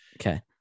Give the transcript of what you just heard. Okay